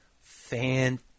fan